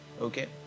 Okay